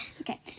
Okay